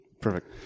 Perfect